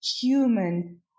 human